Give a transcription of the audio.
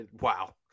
Wow